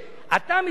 הרי מה היית משיב?